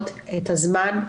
הייתה לנו התנגדות עליו והיא